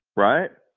right?